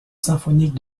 symphonique